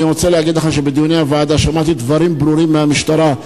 אני רוצה להגיד לך שבדיוני הוועדה שמעתי דברים ברורים מהמשטרה,